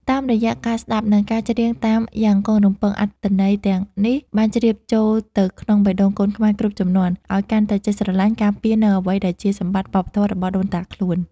តាមរយៈការស្ដាប់ និងការច្រៀងតាមយ៉ាងកងរំពង អត្ថន័យទាំងនេះបានជ្រាបចូលទៅក្នុងបេះដូងកូនខ្មែរគ្រប់ជំនាន់ ឱ្យកាន់តែចេះស្រឡាញ់ ការពារ នូវអ្វីដែលជាសម្បត្តិវប្បធម៌របស់ដូនតាខ្លួន។